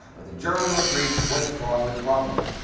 but the german retreat was fraught with problems.